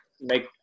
make